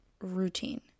routine